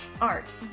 art